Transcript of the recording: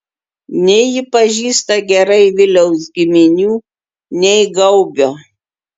nei ji pažįsta gerai viliaus giminių nei gaubio